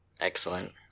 Excellent